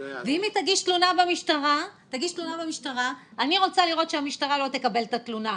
אם היא תגיש תלונה במשטרה אני רוצה לראות שהמשטרה לא תקבל את התלונה,